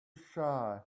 shy